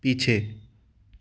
पीछे